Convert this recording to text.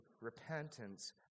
repentance